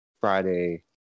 Friday